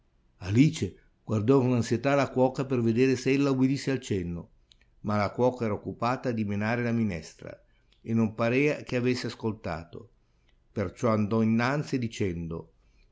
alice guardò con ansietà la cuoca per vedere se ella ubbidisse al cenno ma la cuoca era occupata a dimenare la minestra e non parea che avesse ascoltato perciò andò innanzi dicendo